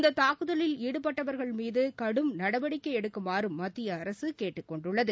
இந்த தாக்குதலில் ஈடுபட்டவர்கள் மீது கடும் நடவடிக்கை எடுக்குமாறும் மத்திய அரசு கேட்டுக்கொண்டுள்ளது